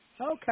Okay